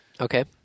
Okay